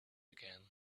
again